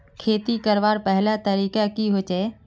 खेती करवार पहला तरीका की होचए?